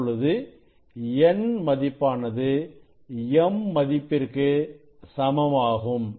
இப்பொழுது n மதிப்பானது m மதிப்பிற்கு சமமாகும்